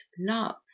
love